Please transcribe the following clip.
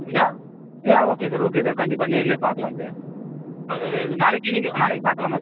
யா yeah okay sir okay sir கண்டிப்பாக நேரிலே பார்க்கலாம் நாளைக்கு நீங்கள் நாளைக்கு பார்க்கலாமா சார்